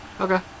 okay